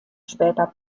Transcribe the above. später